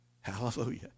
Hallelujah